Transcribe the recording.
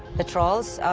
the trolls,